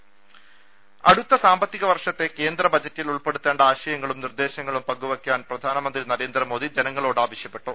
രുട്ട്ട്ട്ട്ട്ട്ട്ട്ട അടുത്ത സാമ്പത്തിക വർഷത്തെ കേന്ദ്ര ബജറ്റിൽ ഉൾപ്പെടുത്തേണ്ട ആശയങ്ങളും നിർദ്ദേശങ്ങളും പങ്കുവെയ്ക്കാൻ പ്രധാനമന്ത്രി നരേന്ദ്രമോദി ജനങ്ങളോട് ആവശ്യപ്പെട്ടു